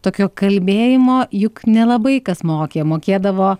tokio kalbėjimo juk nelabai kas mokė mokėdavo